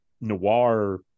noir